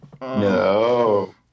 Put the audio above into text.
No